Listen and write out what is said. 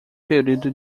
período